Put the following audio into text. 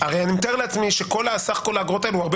הרי אני מתאר לעצמי שסך כל האגרות האלו הוא הרבה